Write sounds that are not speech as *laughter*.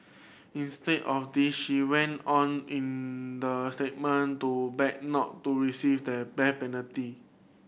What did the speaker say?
instead of this she went on in the statement to beg not to receive the *unintelligible* penalty